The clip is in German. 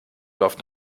läuft